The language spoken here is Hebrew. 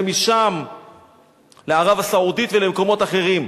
ומשם לערב-הסעודית ולמקומות אחרים.